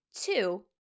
two